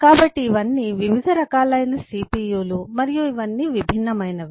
కాబట్టి ఇవన్నీ వివిధ రకాలైన CPUలు మరియు ఇవన్నీ విభిన్నమైనవి